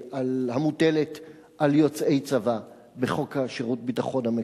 המוטלת על יוצאי צבא בחוק שירות הביטחון המקורי.